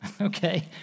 okay